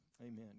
Amen